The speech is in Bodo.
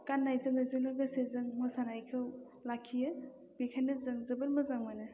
गाननाय जोमनायजों लोगोसे जों मोसानायखौ लाखियो बेखायनो जों जोबोद मोजां मोनो